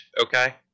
okay